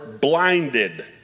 blinded